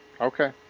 Okay